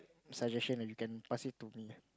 suggestion and you can pass it to me